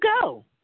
go